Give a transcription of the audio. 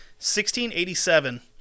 1687